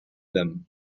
them